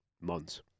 months